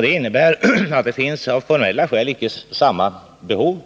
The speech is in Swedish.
Det innebär att det av formella skäl icke finns samma behov